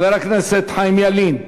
חבר הכנסת חיים ילין,